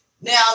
Now